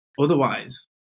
otherwise